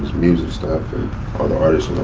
music stuff and all the artists